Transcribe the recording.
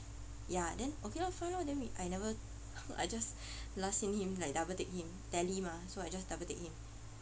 ya then okay lor fine lor then I never I just last seem him like double tick him tele mah so I just double tick him